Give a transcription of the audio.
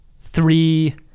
three